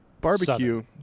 barbecue